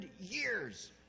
years